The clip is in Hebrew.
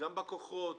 גם בכוחות,